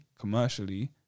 commercially